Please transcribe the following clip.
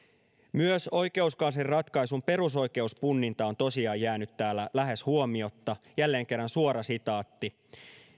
myös oikeuskanslerin ratkaisun perusoikeuspunninta on tosiaan jäänyt täällä lähes huomiotta jälleen kerran suora sitaatti